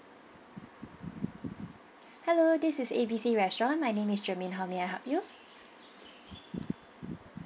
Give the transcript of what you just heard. hello this is A B C restaurant my name is germaine how may I help you